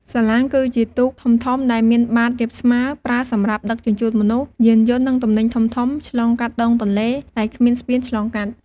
សាឡាងគឺជាទូកធំៗដែលមានបាតរាបស្មើ ប្រើសម្រាប់ ដឹកជញ្ជូនមនុស្ស យានយន្ត និងទំនិញធំៗ ឆ្លងកាត់ដងទន្លេ ដែលគ្មានស្ពានឆ្លងកាត់។